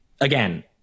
again